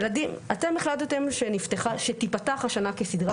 אתם החלטתם שתיפתח השנה כסדרה.